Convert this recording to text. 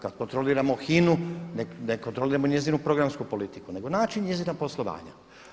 Kad kontroliramo HIN-u ne kontroliramo njezinu programsku politiku, nego način njezina poslovanja.